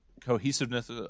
cohesiveness